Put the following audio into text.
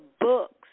books